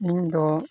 ᱤᱧᱫᱚ